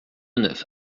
neuf